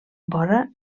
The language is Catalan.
vora